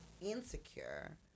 insecure